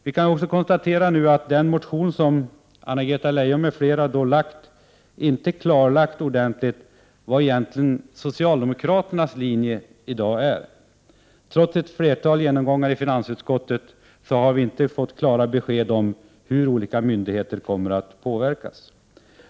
Det kan också konstateras att det i den motion som Anna-Greta Leijon m.fl. har väckt inte ordentligt klarläggs vad som egentligen är socialdemokraternas linje i dag. Trots ett flertal genomgångar i finansutskottet har vi inte fått klara besked om hur olika myndigheter kommer att påverkas.